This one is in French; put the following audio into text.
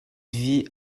vit